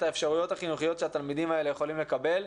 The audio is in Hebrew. האפשרויות החינוכיות שהתלמידים האלה יכולים לקבל,